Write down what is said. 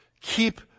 Keep